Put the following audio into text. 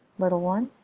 little one.